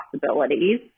possibilities